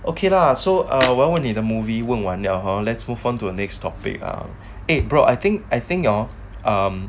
okay lah so ah well neither movie 问完了好像 let's move on to the next topic eh brother I think I think hor um